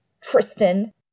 Tristan